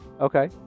Okay